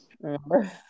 remember